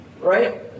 right